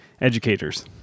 educators